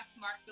Mark